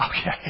Okay